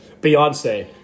Beyonce